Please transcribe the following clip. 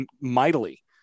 mightily